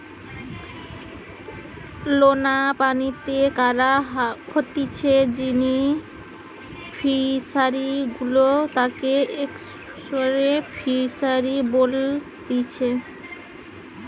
লোনা পানিতে করা হতিছে যেই ফিশারি গুলা তাকে এস্টুয়ারই ফিসারী বলেতিচ্ছে